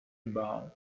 bow